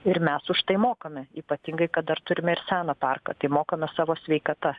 ir mes už tai mokame ypatingai kad dar turime ir seną parką tai mokame savo sveikata